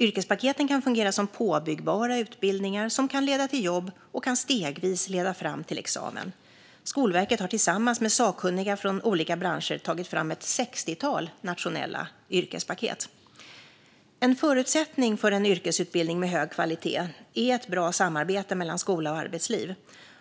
Yrkespaketen kan fungera som påbyggbara utbildningar som kan leda till jobb och stegvis leda fram till examen. Skolverket har tillsammans med sakkunniga från olika branscher tagit fram ett sextiotal nationella yrkespaket. En förutsättning för en yrkesutbildning med hög kvalitet är ett bra samarbete mellan skola och arbetsliv.